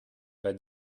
pas